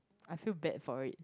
I feel bad for it